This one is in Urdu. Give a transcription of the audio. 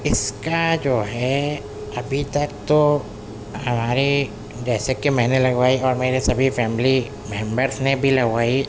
اس کا جو ہے ابھی تک تو ہمارے جیسے کے میں نے لگوائی اور میرے سبھی فیملی ممبرس نے بھی لگوائی